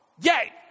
Yay